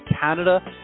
Canada